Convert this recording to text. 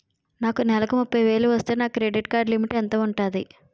నాకు నెలకు ముప్పై వేలు వస్తే నా క్రెడిట్ కార్డ్ లిమిట్ ఎంత ఉంటాది?